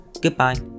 goodbye